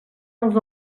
els